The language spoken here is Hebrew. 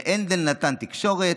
להנדל נתן תקשורת,